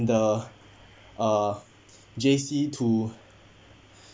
the uh J_C to